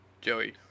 Joey